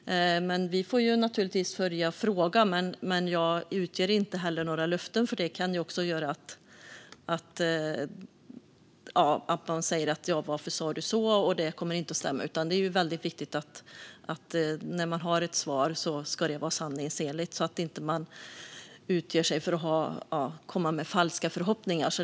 Vi får naturligtvis följa frågan, men jag ger inte några löften. Det skulle kunna göra att man undrar varför jag sa så, och det kommer inte att stämma. När man har ett svar ska det vara sanningsenligt. Det är väldigt viktigt så att man inte kommer med falska förhoppningar.